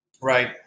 right